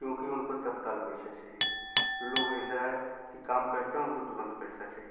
क्योंकि उनको तत्काल पैसा चाहिए लोग ऐसा है कि काम करते हैं उनको तुरंत पैसा चाहिए